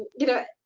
you know,